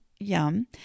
Yum